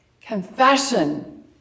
Confession